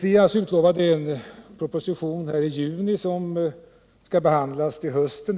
Vi är ju lovade en proposition i juni som skall behandlas till hösten.